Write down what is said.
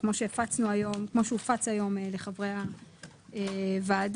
כפי שהופץ היום לחברי הוועדה.